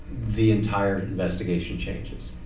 the entire investigation changes.